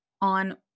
on